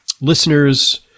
listeners